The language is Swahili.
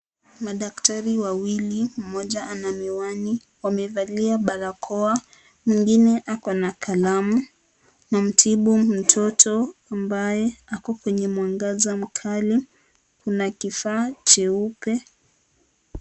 Madaktari wawili, mmoja ana miwani, wamevalia barakoa. Mwengine ako na kalamu. Wanamtubu mtoto ambaye ako kwenye mwangaza mkali. Kuna kifaa cheupe.